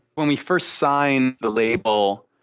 when we first signed the label,